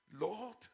Lord